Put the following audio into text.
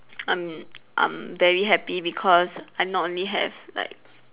I'm I'm very happy because I not only have like